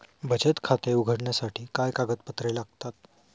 बचत खाते उघडण्यासाठी काय कागदपत्रे लागतात?